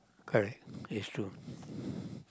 correct it's true